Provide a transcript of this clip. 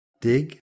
dig